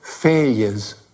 Failures